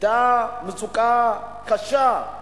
היתה מצוקה קשה,